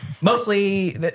mostly